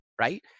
right